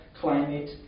climate